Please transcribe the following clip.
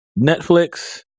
Netflix